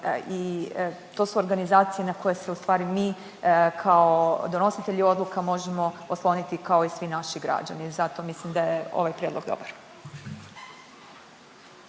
i to su organizacije na koje se ustvari mi kao donositelji odluka možemo osloniti kao i svi naši građani i zato mislim da je ovaj prijedlog dobar.